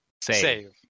Save